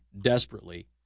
desperately